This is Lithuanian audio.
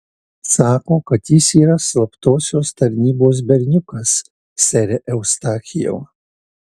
sako kad jis yra slaptosios tarnybos berniukas sere eustachijau